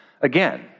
again